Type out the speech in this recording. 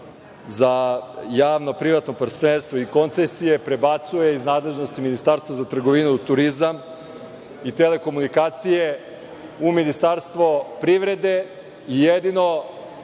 za javno-privatno partnerstvo i koncesije prebacuje iz nadležnosti Ministarstva za trgovinu, turizam i telekomunikacije u Ministarstvo privrede? Jedino